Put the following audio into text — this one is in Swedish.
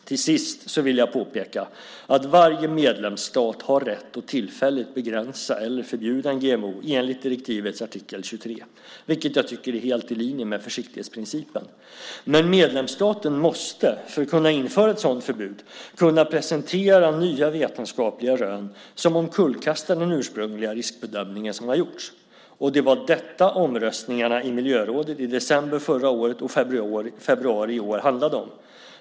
Till sist vill jag påpeka att varje medlemsstat har rätt att tillfälligt begränsa eller förbjuda en GMO enligt direktivets artikel 23, vilket jag tycker är helt i linje med försiktighetsprincipen. Medlemsstaten måste, för att kunna införa ett sådant förbud, kunna presentera nya vetenskapliga rön som omkullkastar den ursprungliga riskbedömning som har gjorts. Det var detta omröstningarna i miljörådet i december förra året och februari i år handlade om.